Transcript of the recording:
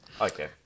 okay